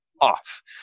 off